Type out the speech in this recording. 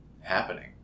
happening